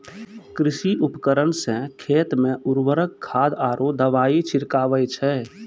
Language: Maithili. कृषि उपकरण सें खेत मे उर्वरक खाद आरु दवाई छिड़कावै छै